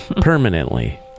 permanently